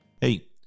Hey